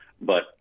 But-